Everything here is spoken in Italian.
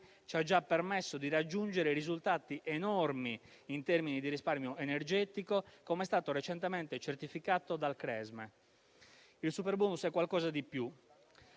ci ha già permesso di raggiungere risultati enormi in termini di risparmio energetico, come è stato recentemente certificato dal CRESME. Il superbonus è qualcosa di più.